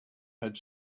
had